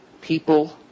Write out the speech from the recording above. people